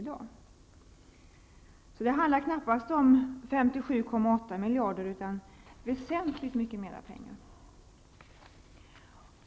Det handlar alltså knappast om 57,8 miljarder utan om väsentligt mer pengar.